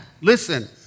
listen